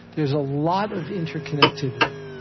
there's a lot of interconnectivity.